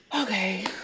okay